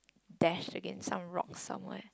dash against some rocks somewhere